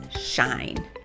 shine